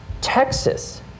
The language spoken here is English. Texas